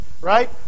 right